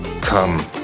Come